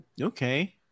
Okay